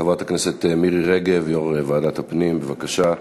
חברת הכנסת מירי רגב, יו"ר ועדת הפנים, בבקשה.